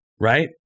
right